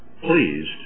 pleased